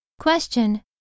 Question